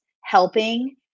helping